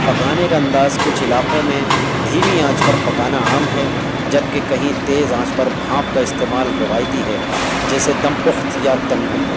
پکانے کا انداز کچھ علاقوں میں دھیمی آنچ پر پکانا عام ہے جبکہ کہیں تیز آنچ پر بھانپ کا استعمال روایتی ہے جیسے دم پخت یا تنمور